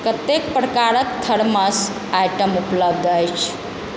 कतेक प्रकारक thermos item उपलब्ध अछि